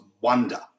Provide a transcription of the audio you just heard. wonder